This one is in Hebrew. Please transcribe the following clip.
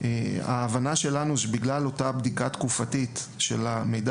ההבנה שלנו היא שבגלל אותה בדיקה תקופתית של המידע